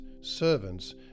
servants